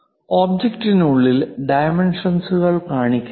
ഒബ്ജക്റ്റിനുള്ളിൽ ഡൈമെൻഷൻസ്കൾ കാണിക്കരുത്